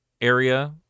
area